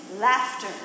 laughter